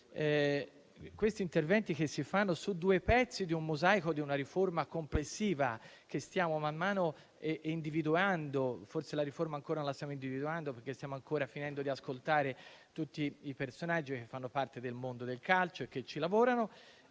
che gli interventi che si realizzano sono due pezzi di un mosaico, di una riforma complessiva che stiamo man mano individuando. Forse la riforma ancora la stiamo individuando perché stiamo ancora finendo di ascoltare tutti i personaggi che fanno parte del mondo del calcio e che ci lavorano.